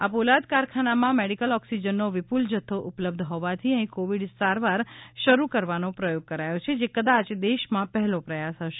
આ પોલાદ કારખાનામાં મેડિકલ ઓક્સીજનનો વિપુલ જથ્થો ઉપલબ્ધ હોવાથી અહી કોવિડ સારવાર શરૂ કરવાનો પ્રયોગ કરાયો છે જે કદાચ દેશમાં પહેલો પ્રયાસ હશે